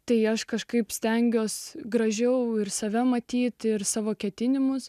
tai aš kažkaip stengiuosi gražiau ir save matyti ir savo ketinimus